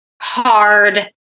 hard